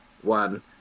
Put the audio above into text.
one